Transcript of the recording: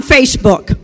Facebook